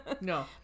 no